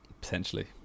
Potentially